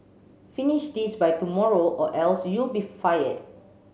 finish this by tomorrow or else you'll be fired